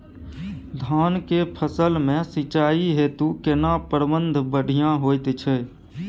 धान के फसल में सिंचाई हेतु केना प्रबंध बढ़िया होयत छै?